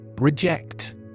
Reject